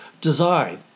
Design